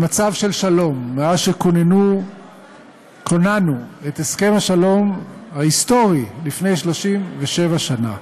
במצב של שלום מאז כוננו את הסכם השלום ההיסטורי לפי 37 שנה.